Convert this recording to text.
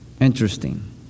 Interesting